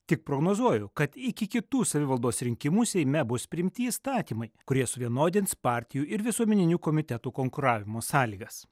tik prognozuoju kad iki kitų savivaldos rinkimų seime bus priimti įstatymai kurie suvienodins partijų ir visuomeninių komitetų konkuravimo sąlygas